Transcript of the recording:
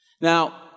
Now